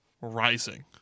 rising